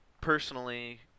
personally